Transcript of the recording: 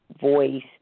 voice